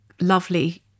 lovely